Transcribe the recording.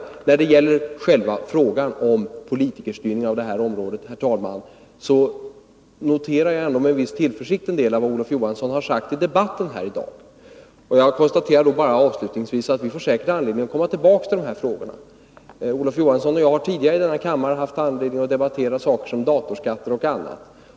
När det gäller själva frågan om politikerstyrning av det här området noterar jag ändå med viss tillförsikt en del av vad Olof Johansson sagt i debatten i dag. Jag konstaterar bara avslutningsvis att vi säkert får anledning att komma tillbaka till dessa frågor. Olof Johansson och jag har tidigare haft tillfälle att i denna kammare debattera saker som datorskatter och annat.